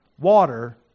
water